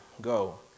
go